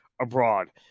abroad